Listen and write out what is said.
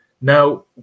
Now